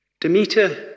Demeter